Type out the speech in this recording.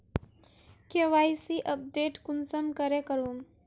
KYC update कुंसम करे करूम?